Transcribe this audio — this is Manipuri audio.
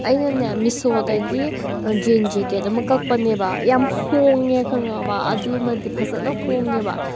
ꯑꯩꯅꯅꯦ ꯃꯤꯁꯣꯗꯒꯤ ꯖꯤꯟ ꯖꯦꯀꯦꯠ ꯑꯃ ꯀꯛꯄꯅꯦꯕ ꯌꯥꯝ ꯍꯣꯡꯉꯦ ꯈꯪꯉꯕ ꯑꯗꯨꯃꯗꯤ ꯐꯖꯅ ꯍꯣꯡꯉꯦꯕ